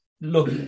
look